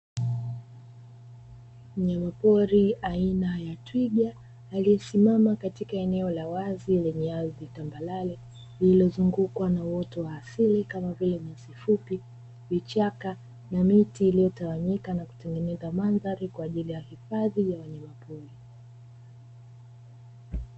Mnyamapori aina ya Twiga aliyesimama katika eneo la wazi lenye ardhi tambarare, lililozungukwa na uoto wa asili kama vile nyasi fupi, vichaka na miti iliyotawanyika na kutengeneza mandhari kwa ajili ya hifadhi ya wanyamapori.